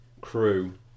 crew